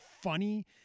funny